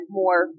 more